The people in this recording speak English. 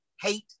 Hate